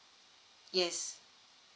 yes